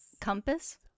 compass